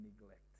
neglect